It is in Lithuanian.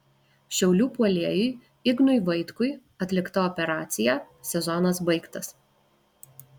šiaulių puolėjui ignui vaitkui atlikta operacija sezonas baigtas